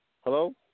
Hello